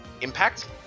impact